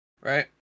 right